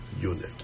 Unit